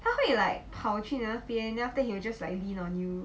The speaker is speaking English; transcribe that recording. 它会 like 跑去你那边 then after that he will just like lean on you